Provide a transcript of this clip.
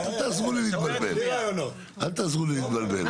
אל תעזרו לי להתבלבל.